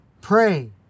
Pray